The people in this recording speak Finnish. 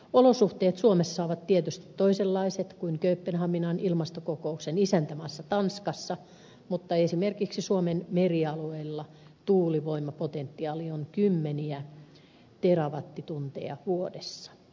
olosuhteet suomessa ovat tietysti toisenlaiset kuin kööpenhaminan ilmastokokouksen isäntämaassa tanskassa mutta esimerkiksi suomen merialueilla tuulivoimapotentiaali on kymmeniä terawattitunteja vuodessa